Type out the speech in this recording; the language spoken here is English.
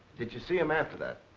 did you see him after that?